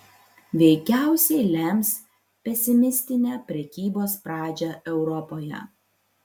veikiausiai lems pesimistinę prekybos pradžią europoje